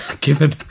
given